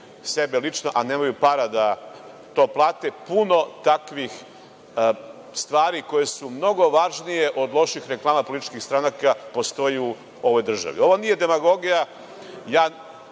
svoje lično pa nemaju para da to plate. Puno je takvih stvari koje su mnogo važnije od loših reklama političkih stranaka. Ovo nije demagogija,